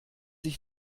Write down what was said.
ich